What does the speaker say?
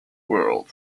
world